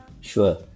Sure